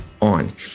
on